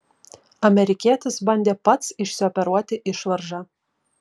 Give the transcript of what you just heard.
amerikietis bandė pats išsioperuoti išvaržą